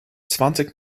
zwanzig